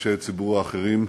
ואישי ציבור אחרים,